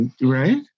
right